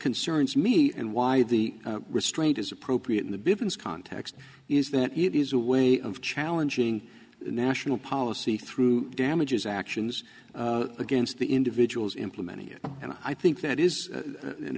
concerns me and why the restraint is appropriate in the bivins context is that it is a way of challenging national policy through damages actions against the individuals implementing it and i think that is